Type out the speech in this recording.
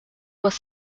was